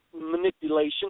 manipulation